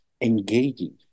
engaging